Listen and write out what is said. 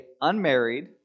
unmarried